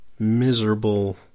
Miserable